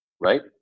right